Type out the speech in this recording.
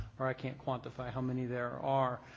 or i can't quantify how many there are.